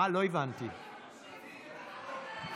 היא עדיין חולת קורונה,